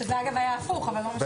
שזה, אגב, היה הפוך, אבל לא משנה.